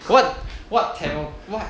what what tamil what